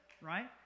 right